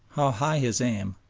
how high his aim,